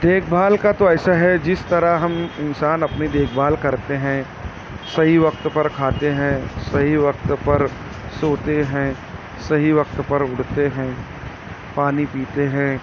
دیکھ بھال کا تو ایسا ہے جس طرح ہم انسان اپنی دیکھ بھال کرتے ہیں صحیح وقت پر کھاتے ہیں صحیح وقت پر سوتے ہیں صحیح وقت پر اٹھتے ہیں پانی پیتے ہیں